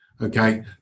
Okay